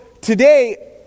today